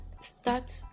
start